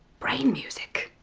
brain music!